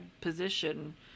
position